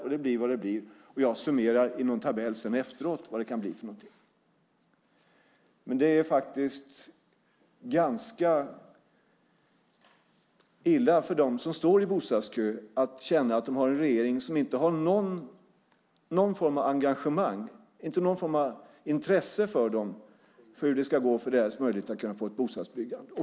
Det blir vad det blir. Jag summerar i någon tabell efteråt vad det kan bli. Det är faktiskt ganska illa för dem som står i bostadsköer att känna att de har en regering som inte har någon form av engagemang i och intresse av deras möjligheter att få en bostad.